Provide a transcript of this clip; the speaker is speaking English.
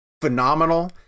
phenomenal